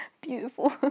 Beautiful